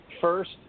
First